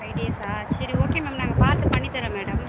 five டேஸா சரி okay ma'am நாங்கள் பார்த்து பண்ணி தர்றோம் மேடம்